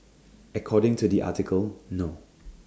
according to the article no